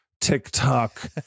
TikTok